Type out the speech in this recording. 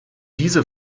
diese